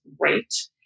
great